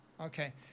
Okay